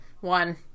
one